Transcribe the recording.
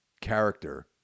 character